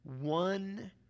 one